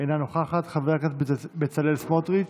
אינה נוכחת, חבר הכנסת בצלאל סמוטריץ'